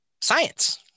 science